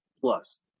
plus